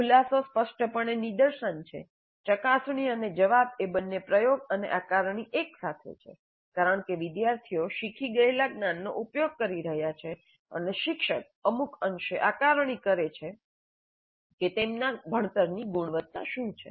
ખુલાસો સ્પષ્ટપણે નિદર્શન છે ચકાસણી અને જવાબ એ બંને પ્રયોગ અને આકારણી એક સાથે છે કારણ કે વિદ્યાર્થીઓ શીખી ગયેલા જ્ઞાનનો ઉપયોગ કરી રહ્યા છે અને શિક્ષક અમુક અંશે આકારણી કરે છે કે તેમના ભણતરની ગુણવત્તા શું છે